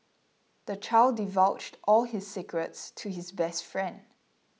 the child divulged all his secrets to his best friend